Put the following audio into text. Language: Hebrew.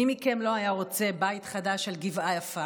מי מכם לא היה רוצה בית חדש על גבעה יפה?